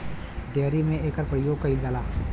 dairy में एकर परियोग कईल जाला